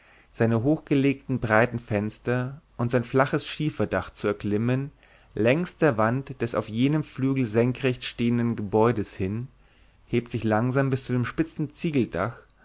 seine hochgelegenen breiten fenster und sein flaches schieferdach zu erklimmen längs der wand des auf jenem flügel senkrecht stehenden gebäudes hin hebt sich langsam bis zu dem